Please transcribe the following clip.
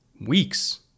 weeks